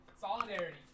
Solidarity